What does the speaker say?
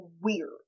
weird